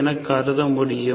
என கருத முடியும்